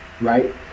right